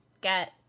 get